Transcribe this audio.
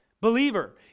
believer